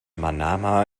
manama